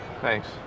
thanks